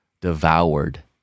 devoured